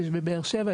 יש בבאר שבע,